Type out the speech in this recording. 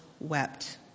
wept